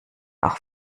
auch